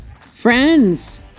Friends